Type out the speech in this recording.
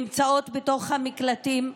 נמצאות בתוך המקלטים,